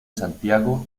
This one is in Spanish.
santiago